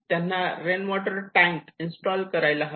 त्यांनी rain water tank install करायला हवे